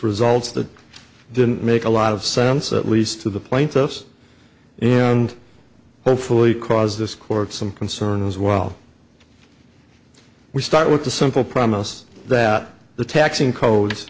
results that didn't make a lot of sense at least to the plaintiffs and hopefully cause this court some concern as well we start with the simple promise that the taxing code